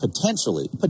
potentially